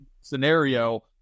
scenario